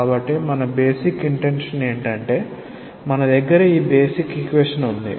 కాబట్టి మన basic intention ఏంటంటే మన దగ్గర ఈ బేసిక్ ఈక్వేషన్ ఉంది